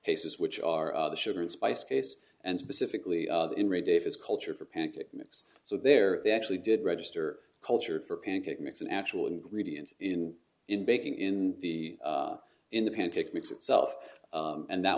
cases which are sugar and spice case and specifically in ray davis culture for pancake mix so there they actually did register culture for pancake mix and actual ingredients in in baking in the in the pancake mix itself and that